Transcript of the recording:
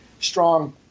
strong